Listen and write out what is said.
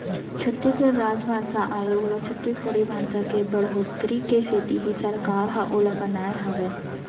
छत्तीसगढ़ राजभासा आयोग ल छत्तीसगढ़ी भासा के बड़होत्तरी के सेती ही सरकार ह ओला बनाए हावय